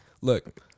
look